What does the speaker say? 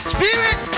Spirit